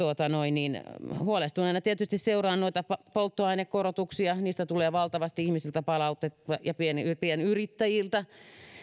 huolestuneena tietysti seuraan noita polttoainekorotuksia niistä tulee valtavasti palautetta ihmisiltä pienyrittäjiltä